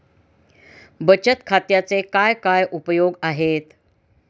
बचत खात्याचे काय काय उपयोग आहेत?